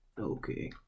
Okay